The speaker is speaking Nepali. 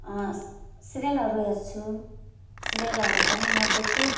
सिरियलहरू हेर्छु सिरियलहरू पनि म त्यति